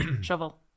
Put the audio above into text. shovel